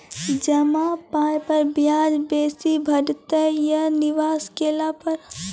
जमा पाय पर ब्याज बेसी भेटतै या निवेश केला पर?